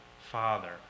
Father